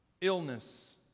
illness